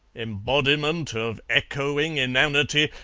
embodiment of echoing inanity!